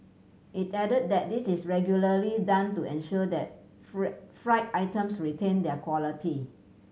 it added that this is regularly done to ensure that fried items retain their quality